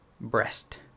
breast